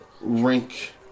rink